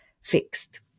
fixed